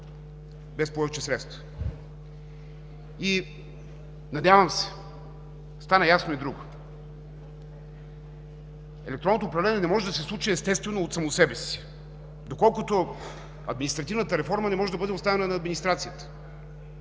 без повече средства. Надявам се стана ясно и друго. Електронното управление не може да се случи естествено, от само себе си, доколкото административната реформа не може да бъде оставена на администрацията.